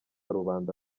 rubanda